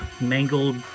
mangled